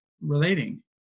relating